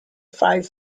five